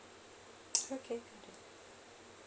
okay